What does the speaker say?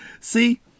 See